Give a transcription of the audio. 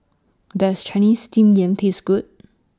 Does Chinese Steamed Yam Taste Good